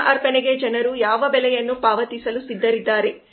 ನಮ್ಮ ಅರ್ಪಣೆಗೆ ಜನರು ಯಾವ ಬೆಲೆಯನ್ನು ಪಾವತಿಸಲು ಸಿದ್ಧರಿದ್ದಾರೆ